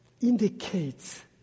indicates